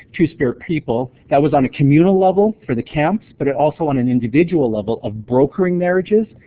two-spirit people that was on a communal level, for the camps, but also on an individual level of brokering marriages,